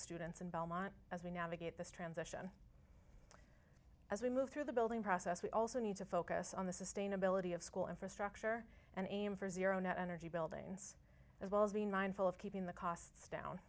students in belmont as we navigate this transition as we move through the building process we also need to focus on the sustainability of school infrastructure and aim for zero net energy buildings as well as being mindful of keeping the costs down